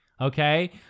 okay